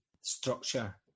structure